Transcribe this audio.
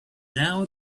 now